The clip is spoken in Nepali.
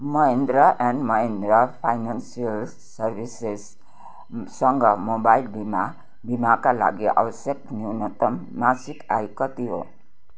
महिन्द्र एन्ड महिन्द्र फाइनान्सियल सर्भिसेससँग मोबाइल बिमा बिमाका लागि आवश्यक न्यूनतम मासिक आय कति हो